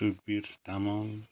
Sukbir Tamang